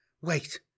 Wait